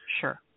Sure